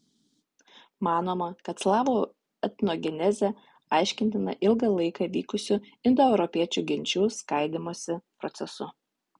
manoma kad slavų etnogenezė aiškintina ilgą laiką vykusiu indoeuropiečių genčių skaidymosi procesu